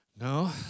No